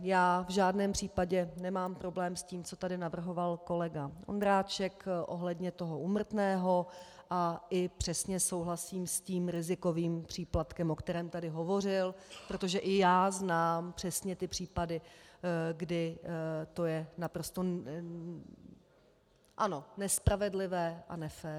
Já v žádném případě nemám problém s tím, co tady navrhoval kolega Ondráček ohledně úmrtného, a i přesně souhlasím s tím rizikovým příplatkem, o kterém tady hovořil, protože i já znám přesně ty případy, kdy to je naprosto nespravedlivé a nefér.